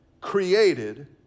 created